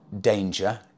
danger